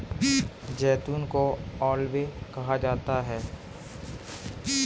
जैतून को ऑलिव कहा जाता है